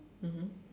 mmhmm